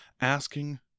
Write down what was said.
asking